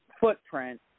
footprint